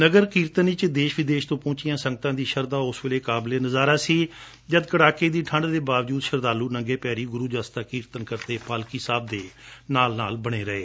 ਨਗਰ ਕੀਰਤਨ ਵਿਚ ਦੇਸ਼ ਵਿਦੇਸ਼ ਤੋ ਪਹੁੰਚੀਆਂ ਸੰਗਤਾਂ ਦੀ ਸ਼ਰਧਾ ਉਸ ਵੇਲੇ ਕਾਬਲੇ ਨਜ਼ਾਰਾ ਸੀ ਜਦ ਕਤਾਕੇ ਦੀ ਠੰਡ ਦੇ ਬਾਵਜੁਦ ਸ਼ਰਧਾਲੁ ਨੰਗੇ ਪੈਰੀ ਗੁਰੁ ਜਸ ਦਾ ਕੀਰਤਨ ਕਰਦੇ ਪਾਲਕੀ ਸਾਹਿਬ ਦੇ ਨਾਲ ਨਾਲ ਬਣੇ ਰਹੇ